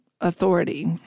authority